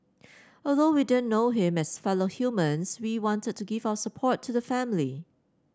although we didn't know him as fellow humans we wanted to give our support to the family